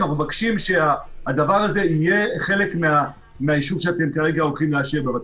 ואנחנו מבקשים שהדבר הזה יהיה חלק מהאישור שאתם כרגע הולכים לאשר בבקשה.